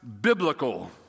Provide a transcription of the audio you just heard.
biblical